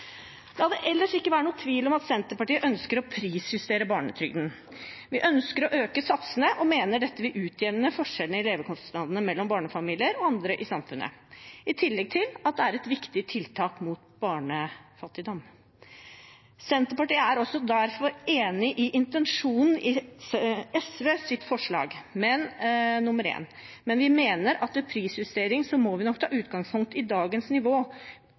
La det ellers ikke være noen tvil om at Senterpartiet ønsker å prisjustere barnetrygden. Vi ønsker å øke satsene og mener dette vil utjevne forskjellene i levekostnadene mellom barnefamilier og andre i samfunnet, i tillegg til at det er et viktig tiltak mot barnefattigdom. Senterpartiet er derfor enig i intensjonen i SVs forslag, forslag nr. 1, men vi mener at vi ved prisjustering nok må ta utgangspunkt i dagens nivå,